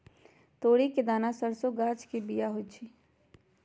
तोरी के दना सरसों गाछ के बिया होइ छइ